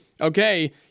okay